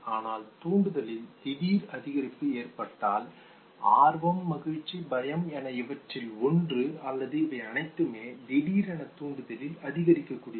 ஆனால் தூண்டுதலில் திடீர் அதிகரிப்பு ஏற்பட்டால் ஆர்வம் மகிழ்ச்சி பயம் என இவற்றில் ஒன்று அல்லது இவை அனைத்துமே திடீரென தூண்டுதலில் அதிகரிக்க கூடியது